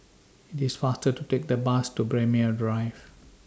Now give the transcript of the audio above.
IT IS faster to Take The Bus to Braemar Drive